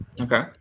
Okay